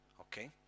okay